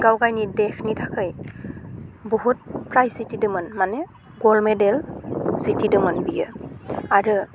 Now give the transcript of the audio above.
गावनि देशनि थाखाय बहुत प्राइज जिटिदोंमोन माने गल्द मेदेल जिटिदोंमोन बियो आरो